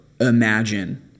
imagine